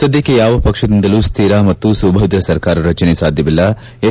ಸದ್ದಕ್ಷೆ ಯಾವ ಪಕ್ಷದಿಂದಲೂ ಸ್ಥಿರ ಮತ್ತು ಸುಭದ್ರ ಸರ್ಕಾರ ರಚನೆ ಸಾಧ್ಯವಿಲ್ಲ ಎಚ್